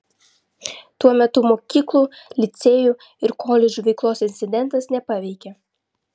tuo metu mokyklų licėjų ir koledžų veiklos incidentas nepaveikė